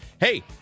Hey